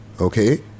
okay